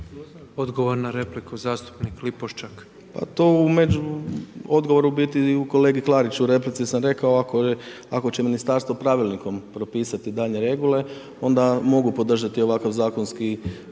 Odgovor na repliku, zastupnik Lipošćak. **Lipošćak, Tomislav (HDZ)** To u biti odgovor kolegi Klariću, u replici sam rekao ako će ministarstvo pravilnikom propisati daljnje regule onda mogu podržati ovakav zakonski